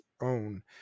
own